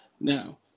Now